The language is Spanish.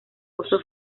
pozo